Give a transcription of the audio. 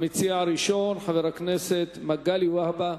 המציע הראשון, חבר הכנסת מגלי והבה.